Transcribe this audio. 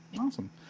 awesome